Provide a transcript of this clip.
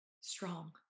strong